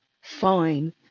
fine